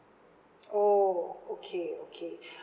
oh okay okay